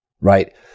right